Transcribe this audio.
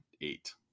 eight